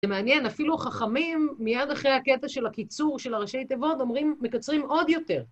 זה מעניין, אפילו חכמים, מיד אחרי הקטע של הקיצור של הראשי תיבות, אומרים, מקצרים עוד יותר.